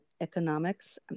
economics